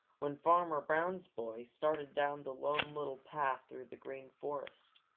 when farmer brown's boy started down the lone little path through the green forest.